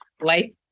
Life